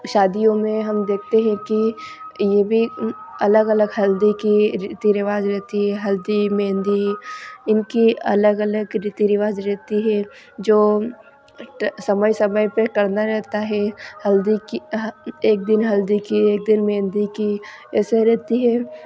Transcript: शादियों में हम देखते हैं कि यह भी अलग अलग हल्दी की रीति रिवाज रहती है हल्दी मेंहदी इनकी अलग अलग रीति रिवाज रहती है जो समय समय पर करना रहता है हल्दी की एक दिन हल्दी के एक दिन में मेंहदी की एसे रहती है